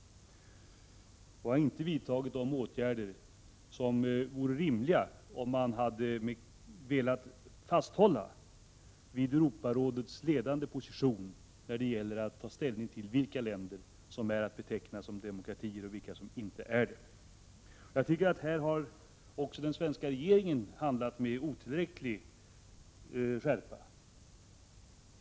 Rådet har inte vidtagit de åtgärder som vore rimliga om det hade velat hålla fast vid sin ledande position när det gäller att ta ställning till vilka länder som är att beteckna som demokratier och vilka som inte är det. Jag tycker att också den svenska regeringen här har handlat med otillräcklig skärpa.